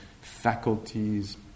faculties